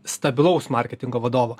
stabilaus marketingo vadovo